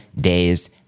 days